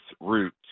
route